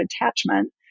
attachment